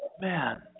man